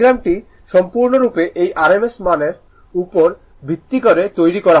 এই ডায়াগ্রাম টি সম্পূর্ণরূপে এই rms মানের উপর ভিত্তি করে তৈরি করা হয়